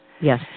Yes